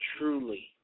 truly